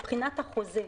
מבחינת החוזה,